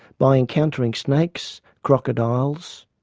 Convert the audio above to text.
by encountering snakes, crocodiles.